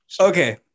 Okay